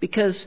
because